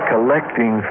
Collecting